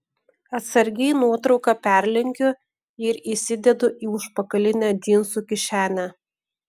atsargiai nuotrauką perlenkiu ir įsidedu į užpakalinę džinsų kišenę